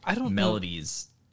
Melodies